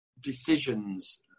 decisions